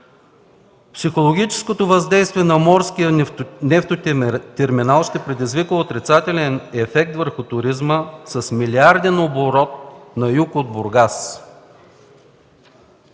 Психологическото въздействие на морския нефтотерминал ще предизвика отрицателен ефект върху туризма с милиарден оборот на юг от Бургас.